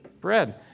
Bread